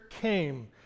came